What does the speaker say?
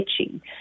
itchy